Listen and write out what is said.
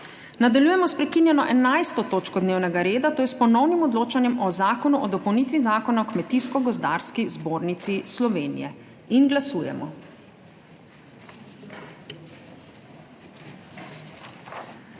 Nadaljujemo sprekinjeno 11. točko dnevnega reda, to je s Ponovnim odločanjem o Zakonu o dopolnitvi Zakona o Kmetijsko gozdarski zbornici Slovenije. Glasujemo.